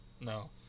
No